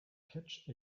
catch